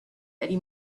eddie